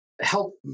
help